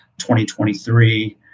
2023